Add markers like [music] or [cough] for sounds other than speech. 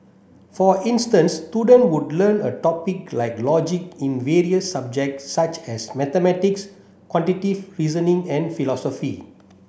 for instance student would learn a topic like logic in various subjects such as mathematics [unintelligible] reasoning and philosophy